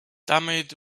damit